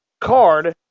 card